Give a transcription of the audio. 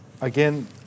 again